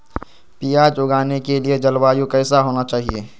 प्याज उगाने के लिए जलवायु कैसा होना चाहिए?